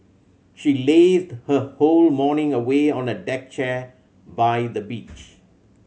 she lazed her whole morning away on a deck chair by the beach